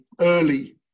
early